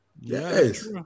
yes